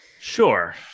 Sure